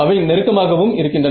அவை நெருக்கமாகவும் இருக்கின்றன